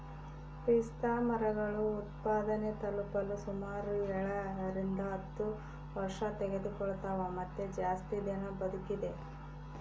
ಪಿಸ್ತಾಮರಗಳು ಉತ್ಪಾದನೆ ತಲುಪಲು ಸುಮಾರು ಏಳರಿಂದ ಹತ್ತು ವರ್ಷತೆಗೆದುಕೊಳ್ತವ ಮತ್ತೆ ಜಾಸ್ತಿ ದಿನ ಬದುಕಿದೆ